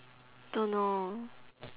don't know